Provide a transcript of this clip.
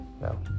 No